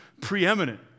preeminent